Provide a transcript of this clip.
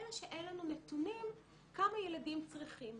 אלא שאין לנו נתונים כמה ילדים צריכים.